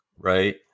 right